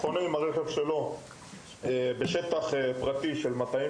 חונה עם הרכב שלו בשטח של אחד מהמטעים